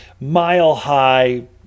mile-high